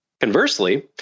Conversely